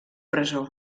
presó